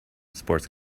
sports